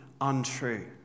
untrue